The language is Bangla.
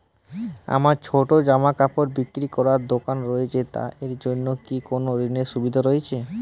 আমার ছোটো জামাকাপড় বিক্রি করার দোকান রয়েছে তা এর জন্য কি কোনো ঋণের সুবিধে রয়েছে?